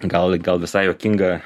gal gal visai juokingą